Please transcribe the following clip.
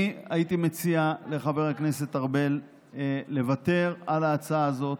אני הייתי מציע לחבר הכנסת ארבל לוותר על ההצעה הזאת.